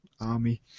army